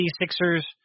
Sixers